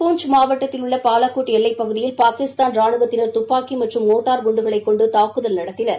பூஞ்ச் மாவட்டத்தில் உள்ள பாலக்கோடு எல்லைப் பகுதியில் பாகிஸ்தான் ராணுவத்தினர் துப்பாக்கி மற்றும் மோட்டார் குண்டுகளைக் கொண்டு தாக்குதல் நடத்தினர்